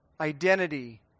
identity